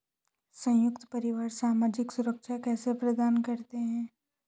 संयुक्त परिवार सामाजिक सुरक्षा कैसे प्रदान करते हैं?